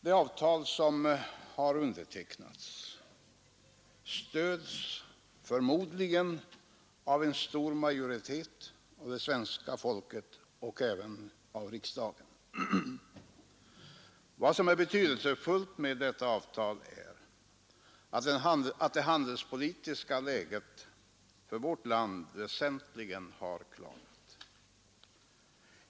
Det avtal som har undertecknats stöds förmodligen av en stor majoritet av det svenska folket och även av riksdagen. Vad som är betydelsefullt med detta avtal är att det handelspolitiska läget för vårt land väsentligen har klarnat.